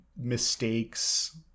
mistakes